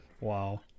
Wow